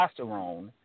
testosterone